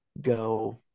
go